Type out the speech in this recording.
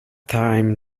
time